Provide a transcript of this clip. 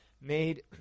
made